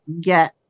get